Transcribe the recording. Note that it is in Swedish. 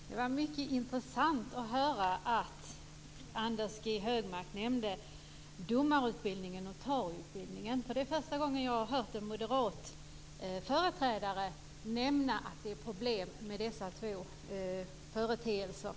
Herr talman! Det var mycket intressant att höra Anders G Högmark nämna domarutbildningen och notarieutbildningen. Det är första gången jag har hört en moderat företrädare nämna att det är problem med dessa två företeelser.